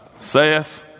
saith